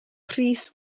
pris